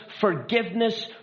forgiveness